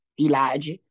Elijah